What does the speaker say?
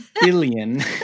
Billion